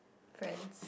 friends